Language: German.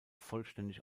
vollständig